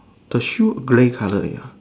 the shoe grey colour ya